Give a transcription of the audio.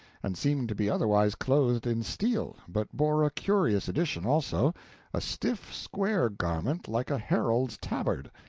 and seemed to be otherwise clothed in steel, but bore a curious addition also a stiff square garment like a herald's tabard.